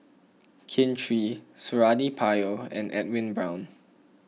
Kin Chui Suradi Parjo and Edwin Brown